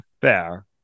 Fair